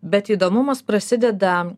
bet įdomumas prasideda